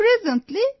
Presently